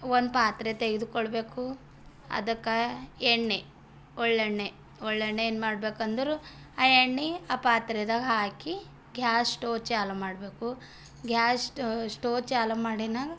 ಒಂದು ಪಾತ್ರೆ ತೆಗೆದ್ಕೊಳ್ಬೇಕು ಅದಕ್ಕೆ ಎಣ್ಣೆ ಒಳ್ಳೆಣ್ಣೆ ಒಳ್ಳೆಣ್ಣೆ ಏನು ಮಾಡ್ಬೇಕಂದ್ರು ಆ ಎಣ್ಣೆ ಆ ಪಾತ್ರೆದಾಗ್ ಹಾಕಿ ಗ್ಯಾಸ್ ಸ್ಟವ್ ಚಾಲು ಮಾಡಬೇಕು ಗ್ಯಾಸ್ ಸ್ಟ್ ಸ್ಟವ್ ಚಾಲು ಮಾಡಿದಾಗ